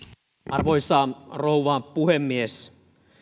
arvoisa rouva puhemies